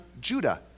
Judah